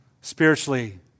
Spiritually